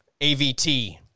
AVT